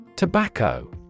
Tobacco